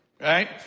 Right